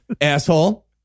asshole